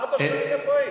ארבע שנים, איפה היית?